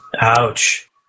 Ouch